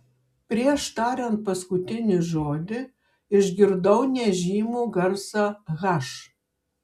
prieš tariant paskutinį žodį išgirdau nežymų garsą h